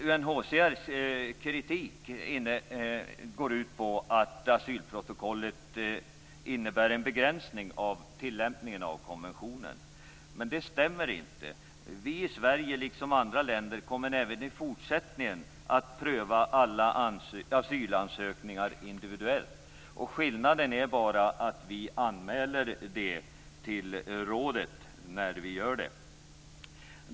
UNHCR:s kritik går ut på att asylprotokollet innebär en begränsning av tillämpningen av konventionen. Det stämmer inte. Vi i Sverige, liksom andra länder, kommer även i fortsättningen att pröva alla asylansökningar individuellt. Skillnaden är bara att vi anmäler till rådet när vi gör det.